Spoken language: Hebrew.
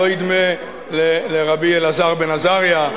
לא ידמה לרבי אלעזר בן עזריה,